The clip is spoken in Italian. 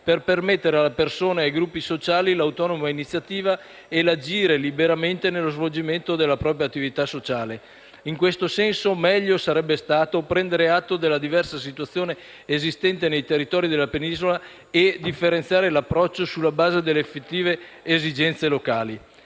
per permettere alla persona e ai gruppi sociali l'autonoma iniziativa e l'agire liberamente nello svolgimento della propria attività sociale. In questo senso, meglio sarebbe stato prendere atto della diversa situazione esistente nei territori della penisola e differenziare l'approccio sulla base delle effettive esigenze locali.